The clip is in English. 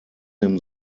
him